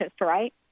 Right